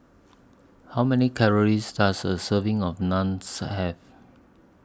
How Many Calories Does A Serving of Naans Have